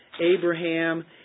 Abraham